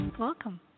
welcome